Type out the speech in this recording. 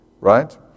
right